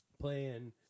playing